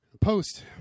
Post